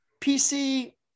PC